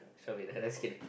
show me I just kidding